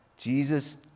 Jesus